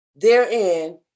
Therein